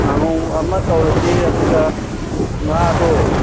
ꯀꯥꯡꯍꯧ ꯑꯃ ꯇꯧꯔꯁꯤ ꯑꯗꯨꯒ ꯉꯥꯗꯣ